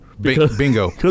Bingo